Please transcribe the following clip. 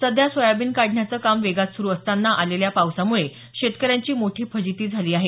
सध्या सोयाबीन काढण्याचं काम वेगात सुरू असताना आलेल्या पावसामुळे शेतकऱ्यांची मोठी फजिती झाली आहे